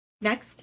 Next